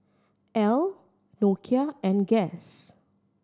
Elle Nokia and Guess